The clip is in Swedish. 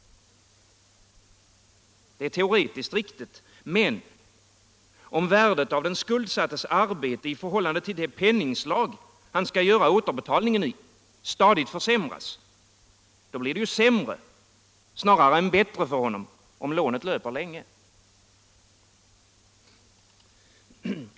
Det är teoretiskt riktigt. men om värdet av den skuldsattes arbete i förhållande till det penningslag han skall göra återbetalningen i stadigt försämras — då blir det ju sämre snarare än bättre för honom om lånet löper länge.